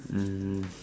um